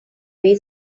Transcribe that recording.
way